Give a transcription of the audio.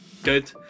Good